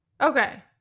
Okay